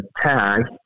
tag